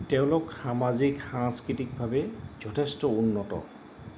তেওঁলোক সামাজিক সাংস্কৃতিকভাৱে যথেষ্ট উন্নত